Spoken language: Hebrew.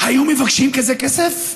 היו מבקשים כזה סכום כסף גבוה?